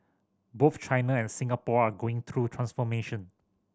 both China and Singapore are going through transformation